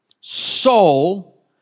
soul